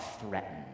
threatened